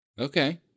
Okay